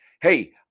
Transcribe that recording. Hey